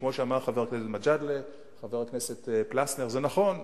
כמו שאמר חבר הכנסת מג'אדלה וחבר הכנסת פלסנר: זה נכון.